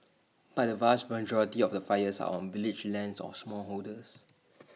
but the vast majority of the fires are on village lands or smallholders